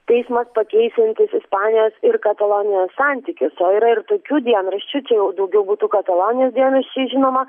teismas pakeisiantis ispanijos ir katalonijos santykius o yra ir tokių dienraščių čia jau daugiau būtų katalonijos dienraščiai žinoma